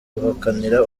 guhakanira